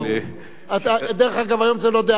דרך אגב, היום זו לא דעה אחרת.